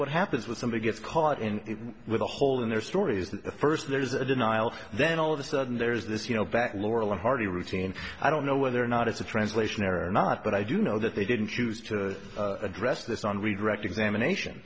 what happens with somebody gets caught in with a hole in their stories that first there's a denial then all of a sudden there is this you know back laurel and hardy routine i don't know whether or not it's a translation error or not but i do know that they didn't choose to address this on redirect examination